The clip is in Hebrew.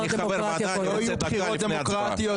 אני חבר ועדה, ואני רוצה דקה לפני ההצבעה.